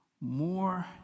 more